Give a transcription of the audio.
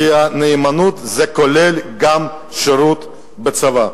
כי נאמנות כוללת גם שירות בצבא.